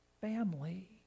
family